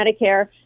Medicare